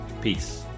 peace